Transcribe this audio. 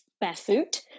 Barefoot